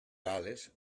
gal·les